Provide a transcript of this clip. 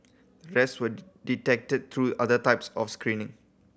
the rest were detected through other types of screening